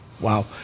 wow